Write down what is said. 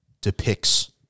depicts